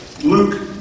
Luke